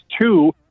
two